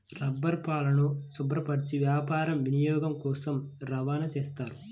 రబ్బరుపాలను శుభ్రపరచి వ్యాపార వినియోగం కోసం రవాణా చేస్తారు